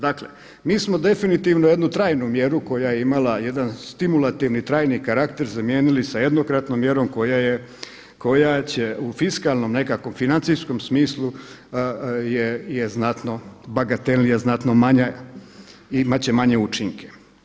Dakle, mi smo definitivno jednu trajnu mjeru koja je imala jedan stimulativni, trajni karakter zamijenili sa jednokratnom mjerom koja će u fiskalnom, nekakvom financijskom smislu je znatno bagatelnija, znatno manja, imat će manje učinke.